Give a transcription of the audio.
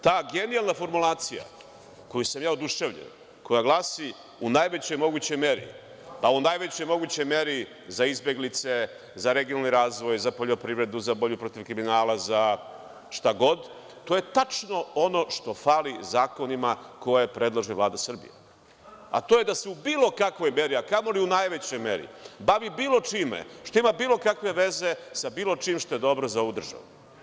Ta genijalna formulacija kojom sam ja oduševljen, koja glasi: „u najvećoj mogućoj meri“, pa u najvećoj mogućoj meri za izbeglice, za regionalni razvoj, za poljoprivredu, za borbu protiv kriminala, za šta god, to je tačno ono što fali zakonima koje predlaže Vlada Srbije – da se u bilo kakvoj meri, a kamoli u najvećoj meri, bavi bilo čime što ima bilo kakve veze sa bilo čim što je dobro za ovu državu.